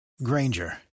Granger